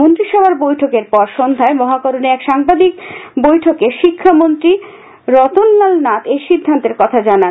মন্ত্রিসভার বৈঠকের পর সন্ধ্যায় মহাকরনে এক সাংবাদিক বৈঠকে শিক্ষামন্ত্রী রতনলাল নাথ এই সিদ্ধান্তের কথা জানান